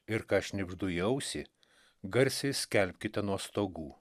ir ką šnibždu į ausį garsiai skelbkite nuo stogų